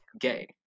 gay